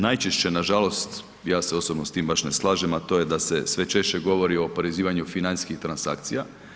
Najčešće nažalost, ja se osobno s tim baš ne slažem, a to je da se sve češće govori o oporezivanju financijskih transakcija.